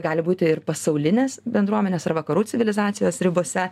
gali būti pasaulinės bendruomenės ar vakarų civilizacijos ribose